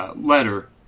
letter